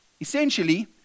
Essentially